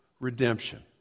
Redemption